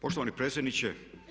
Poštovani predsjedniče.